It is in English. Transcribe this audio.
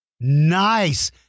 Nice